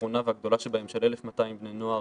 והאחרונה והגדולה שבהן של 1,200 בני נוער